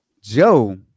joe